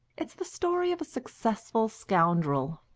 it's the story of a successful scoundrel.